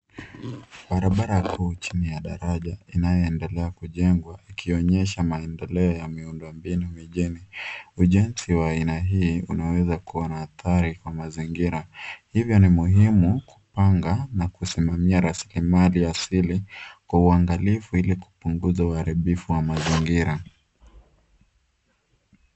Barabara kuu chini ya daraja inayoendelea kujengwa ikionyesha maendeleo ya miundo mbinu mijini. Ujenzi wa aina hii unaweza kuwa na athari kwa mazingira. Hivyo ni muhimu kupanga na kusimamia rasilimali asili kwa uangalifu ilikupunguza uharibifu wa mazingira.